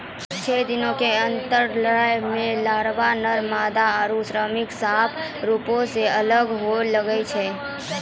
छः दिनो के अंतराल पे लारवा, नर मादा आरु श्रमिक साफ रुपो से अलग होए लगै छै